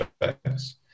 effects